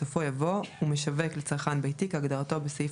בסופו יבוא "ו"משווק לצרכן ביתי" כהגדרתו בסעיף